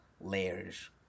layers